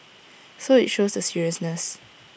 so IT shows the seriousness